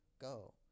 go